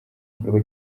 igikorwa